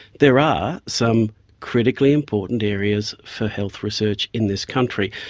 there are some critically important areas for health research in this country.